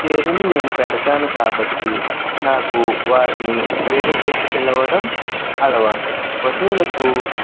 పేరును నేను పెడతాను కాబట్టి నాకు వారిని పేరు పెట్టి పిలవడం అలవాటు పశువులకు